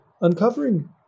uncovering